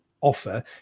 offer